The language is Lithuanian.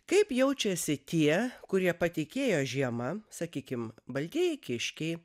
kaip jaučiasi tie kurie patikėjo žiema sakykim baltieji kiškiai